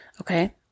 Okay